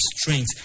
strength